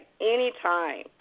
anytime